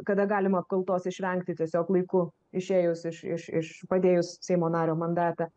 kada galim apkaltos išvengti tiesiog laiku išėjus iš iš iš padėjus seimo nario mandatą